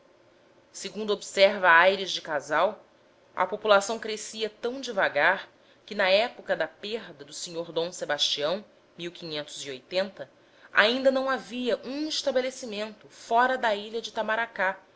segundo observa aires de asal a população crescia tão devagar que na época da perda do r ebastião ainda não havia um estabelecimento fora da ilha de itamaracá